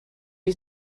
wyt